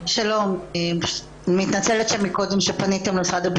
והשיכון ואני מתנצל בפני מי שחושב שקטענו אותו מהר